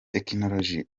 tekinoloji